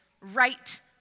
right